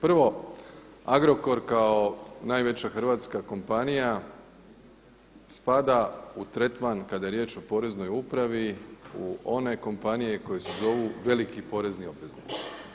Prvo, Agrokor kao najveća hrvatska kompanija spada u tretman kada je riječ o Poreznoj upravi u one kompanije koje se zovu veliki porezni obveznici.